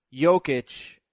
Jokic